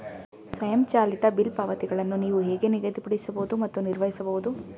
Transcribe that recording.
ಸ್ವಯಂಚಾಲಿತ ಬಿಲ್ ಪಾವತಿಗಳನ್ನು ನೀವು ಹೇಗೆ ನಿಗದಿಪಡಿಸಬಹುದು ಮತ್ತು ನಿರ್ವಹಿಸಬಹುದು?